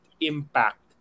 impact